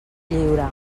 lliure